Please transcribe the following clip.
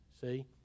See